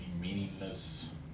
meaningless